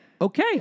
Okay